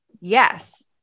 Yes